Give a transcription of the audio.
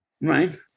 right